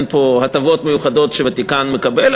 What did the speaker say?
אין פה הטבות מיוחדות שהוותיקן מקבל.